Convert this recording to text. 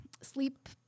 Sleep